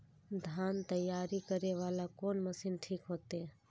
धान तैयारी करे वाला कोन मशीन ठीक होते?